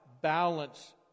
balance